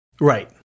Right